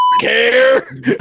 care